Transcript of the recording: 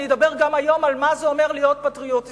אני אדבר היום גם על מה זה להיות פטריוט ישראלי,